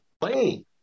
playing